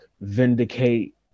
vindicate